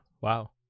Wow